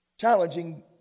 challenging